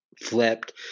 flipped